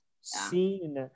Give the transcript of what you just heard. seen